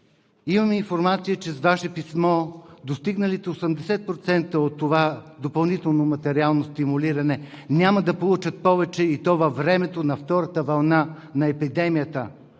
Имаме информация, че с Ваше писмо достигналите 80% от това допълнително материално стимулиране няма да получат повече, и то във времето на втората вълна на епидемията